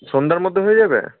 সন্ধ্যার মধ্যে হয়ে যাবে